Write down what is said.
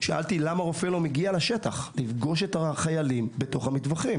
שאלתי למה רופא לא מגיע לשטח לפגוש את החיילים בתוך המטווחים?